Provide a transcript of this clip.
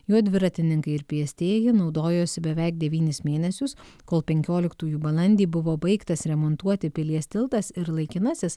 juo dviratininkai ir pėstieji naudojosi beveik devynis mėnesius kol penkioliktųjų balandį buvo baigtas remontuoti pilies tiltas ir laikinasis